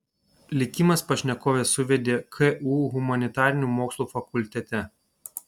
likimas pašnekoves suvedė ku humanitarinių mokslų fakultete